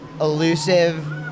elusive